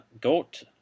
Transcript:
goat